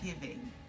giving